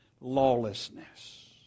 lawlessness